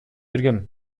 бергем